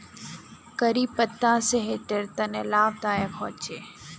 करी पत्ता सेहटर तने लाभदायक होचे